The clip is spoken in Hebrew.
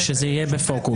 שזה יהיה בפוקוס.